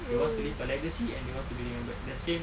we want to leave a legacy and they want to be remembered the same